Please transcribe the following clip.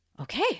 Okay